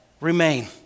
remain